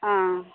ஆ